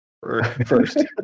first